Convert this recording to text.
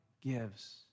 gives